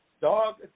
dog